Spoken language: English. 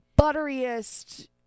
butteriest